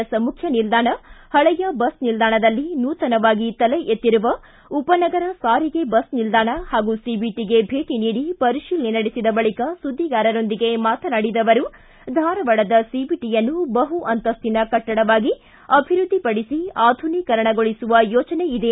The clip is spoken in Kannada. ಎಸ್ ಮುಖ್ಯ ನಿಲ್ದಾಣ ಹಳೆಯ ಬಸ್ ನಿಲ್ದಾಣದಲ್ಲಿ ನೂತನವಾಗಿ ತಲೆ ಎತ್ತಿರುವ ಉಪನಗರ ಸಾರಿಗೆ ಬಸ್ ನಿಲ್ದಾಣ ಹಾಗೂ ಸಿಬಿಟಿಗೆ ಭೇಟಿ ನೀಡಿ ಪರಿಶೀಲನೆ ನಡೆಸಿದ ಬಳಕ ಸುದ್ದಿಗಾರರೊಂದಿಗೆ ಮಾತನಾಡಿದ ಅವರು ಧಾರವಾಡದ ಸಿಬಿಟಿಯನ್ನು ಬಹು ಅಂತಕ್ತಿನ ಕಟ್ಟಡವಾಗಿ ಅಭಿವೃದ್ದಿಪಡಿಸಿ ಆಧುನೀಕರಣಗೊಳಿಸುವ ಯೋಚನೆ ಇದೆ